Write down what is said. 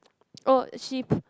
oh she